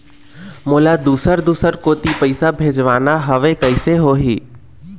मोला दुसर दूसर कोती पैसा भेजवाना हवे, कइसे होही?